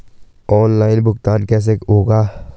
Online भुगतान कैसे होगा?